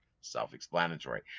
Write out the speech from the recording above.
self-explanatory